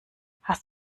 hast